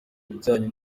bijyanye